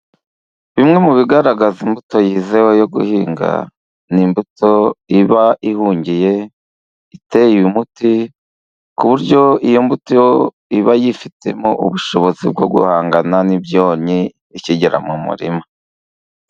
Bimwe mu bigaragaza imbuto yizewe yo guhinga, ni imbuto iba ihungiye, iteye umuti, ku buryo iyo mbuto iba yifitemo ubushobozi bwo guhangana n'ibyonnyi, ikigera mu murima.